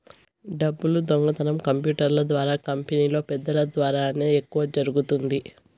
డబ్బులు దొంగతనం కంప్యూటర్ల ద్వారా కంపెనీలో పెద్దల ద్వారానే ఎక్కువ జరుగుతుంది